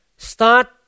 start